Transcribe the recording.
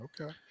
Okay